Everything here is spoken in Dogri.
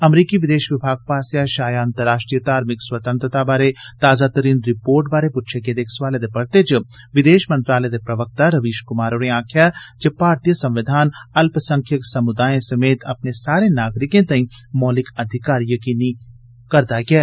अमरीकी विदेश विभाग पासेया शाया 'अंतराष्ट्रीय धार्मिक स्वतंत्रता' बारै ताज़ातरीन रिर्पोट बारै पुक्के दे इक सवालै दे परते च विदेश मंत्रालय दे प्रवक्ता रवीश कुमार होरें आक्खेआ जे भारती संविधान अल्पसंख्यक समुदायें समेत अपने सारे नागरिकें तांई मौलिक अधिकार यकीनी करदा ऐ